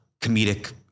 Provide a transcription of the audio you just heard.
comedic